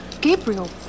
Gabriel